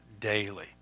daily